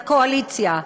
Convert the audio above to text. לקואליציה,